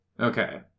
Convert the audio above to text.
Okay